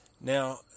Now